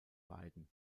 beiden